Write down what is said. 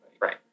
Right